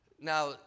Now